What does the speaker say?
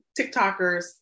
TikTokers